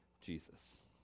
Jesus